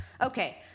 Okay